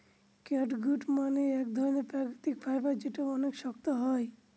catgut মানে এক ধরনের প্রাকৃতিক ফাইবার যেটা অনেক শক্ত হয়